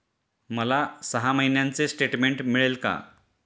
मला सहा महिन्यांचे स्टेटमेंट मिळेल का?